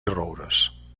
roures